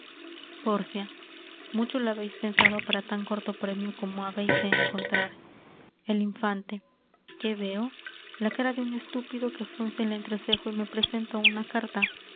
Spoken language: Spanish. pórcia mucho lo habeis pensado para tan corto premio como habeis de encontrar el infante qué veo la cara de un estúpido que frunce el entrecejo y me presenta una carta